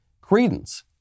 credence